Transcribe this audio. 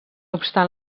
obstant